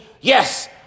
yes